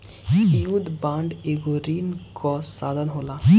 युद्ध बांड एगो ऋण कअ साधन होला